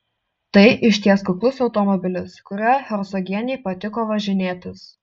tai išties kuklus automobilis kuriuo hercogienei patiko važinėtis